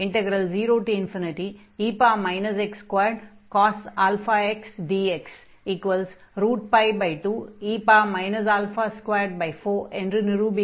0e x2cos αx dx2e 24 என்று நிரூபிக்க வேண்டும்